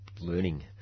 learning